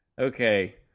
okay